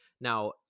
now